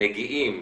מגיעים